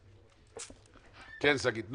כן, שגית.